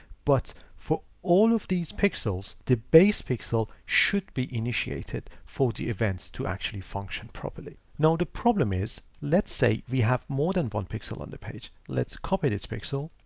but for all of these pixels, the base pixel should be initiated for the events to actually function properly. now the problem is, let's say we have more than one pixel on the page, let's copy this pixel,